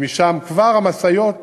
ומשם כבר המשאיות